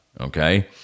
Okay